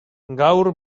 gaur